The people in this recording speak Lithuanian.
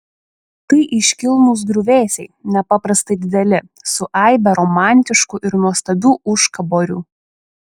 tai iškilnūs griuvėsiai nepaprastai dideli su aibe romantiškų ir nuostabių užkaborių